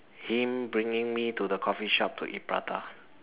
him bringing me to the coffee shop to eat prata